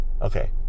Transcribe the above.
Okay